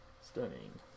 Stunning